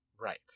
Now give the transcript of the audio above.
Right